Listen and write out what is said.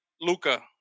Luca